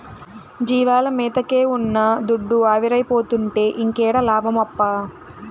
జీవాల మేతకే ఉన్న దుడ్డు ఆవిరైపోతుంటే ఇంకేడ లాభమప్పా